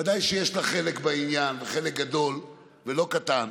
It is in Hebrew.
ודאי שיש לך חלק בעניין, חלק גדול ולא קטן,